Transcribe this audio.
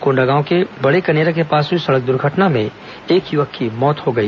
कोंडागांव के बड़ेकनेरा के पास हुई सड़क दुर्घटना में एक युवक की मौत हो गई